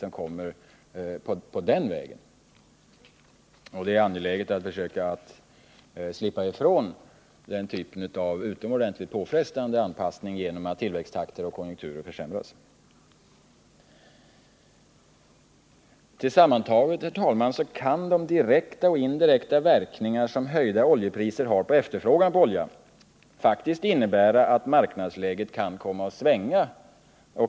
Det är därför angeläget att försöka slippa ifrån den typen av utomordentligt påfrestande anpassning. Tillsammantaget kan de direkta och indirekta verkningar som höjda oljepriser har på efterfrågan på olja faktiskt innebära att marknadsläget radikalt kan svänga.